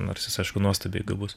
nors jis aišku nuostabiai gabus